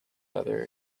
other